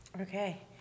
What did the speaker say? Okay